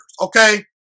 Okay